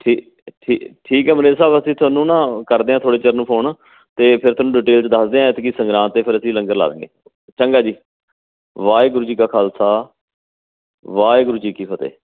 ਠੀ ਠੀ ਠੀਕ ਹੈ ਮਨੇਜਰ ਸਾਹਿਬ ਅਸੀਂ ਤੁਹਾਨੂੰ ਨਾ ਕਰਦੇ ਆ ਥੋੜ੍ਹੇ ਚਿਰ ਨੂੰ ਫੋਨ ਅਤੇ ਫਿਰ ਤੁਹਾਨੂੰ ਡਿਟੇਲ ਦੱਸਦੇ ਹਾਂ ਐਤਕੀ ਸੰਗਰਾਂਦ 'ਤੇ ਫਿਰ ਅਸੀਂ ਲੰਗਰ ਲਾ ਦਾਂਗੇ ਚੰਗਾ ਜੀ ਵਾਹਿਗੁਰੂ ਜੀ ਕਾ ਖਾਲਸਾ ਵਾਹਿਗੁਰੂ ਜੀ ਕੀ ਫਤਿਹ